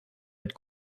être